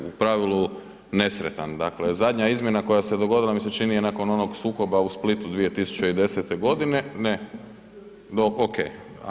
U pravilu, nesretan, dakle, zadnja izmjena koja se dogodila mi se čini nakon onog sukoba u Splitu 2010. g. Ne. .../nerazumljivo/... oke.